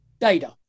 data